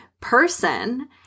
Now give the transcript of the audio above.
person